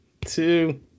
two